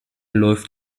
läuft